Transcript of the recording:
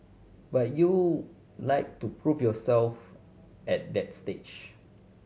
but you like to prove yourself at that stage